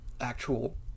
actual